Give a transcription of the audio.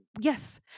yes